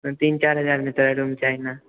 तीन चारि हजारमे तोरा रूम चाही न